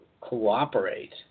cooperate